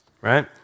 right